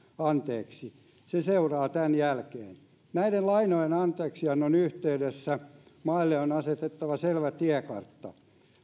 anteeksi se seuraa tämän jälkeen näiden lainojen anteeksiannon yhteydessä maille on asetettava selvä tiekartta